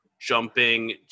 jumping